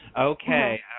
Okay